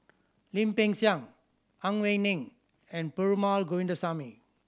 Lim Peng Siang Ang Wei Neng and Perumal Govindaswamy